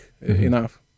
enough